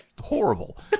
horrible